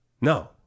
No